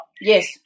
Yes